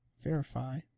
verify